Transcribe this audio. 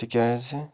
تِکیٛازِ